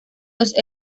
los